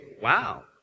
wow